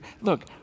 Look